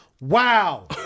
wow